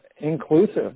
inclusive